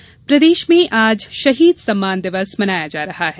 शहीद सम्मान दिवस प्रदेश में आज शहीद सम्मान दिवस मनाया जा रहा है